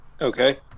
Okay